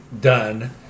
done